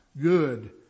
good